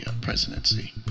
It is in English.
presidency